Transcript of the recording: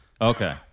Okay